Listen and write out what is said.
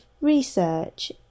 research